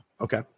Okay